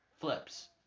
Flips